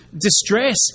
distress